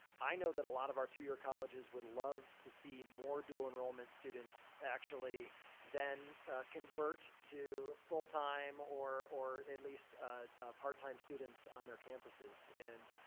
i know that a lot of our two-year colleges would love to see more dual enrollment students actually then convert to full-time or or at least part-time students on their campuses. and